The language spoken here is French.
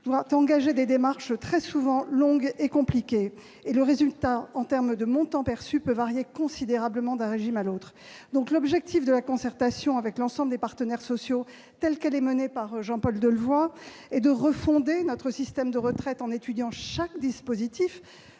doit engager des démarches souvent très longues et compliquées. Le résultat, en termes de montant perçu, peut varier considérablement d'un régime à l'autre. L'objectif de la concertation avec l'ensemble des partenaires sociaux, telle qu'elle est menée par Jean-Paul Delevoye, est donc de refonder notre système de retraite en étudiant chaque dispositif,